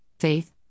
faith